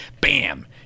bam